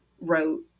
wrote